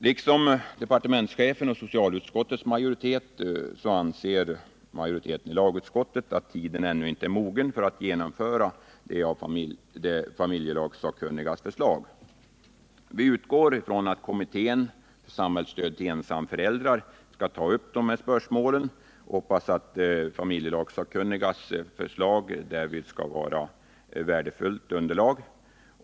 Liksom departementschefen och socialutskottets majoritet anser lagutskottets majoritet att tiden ännu inte är mogen för att genomföra familjelagssakkunnigas förslag. Vi utgår från att kommittén för samhällsstöd till ensamföräldrar skall ta upp dessa spörsmål och hoppas att familjelagssakkunnigas förslag därvid skall vara ett värdefullt underlag.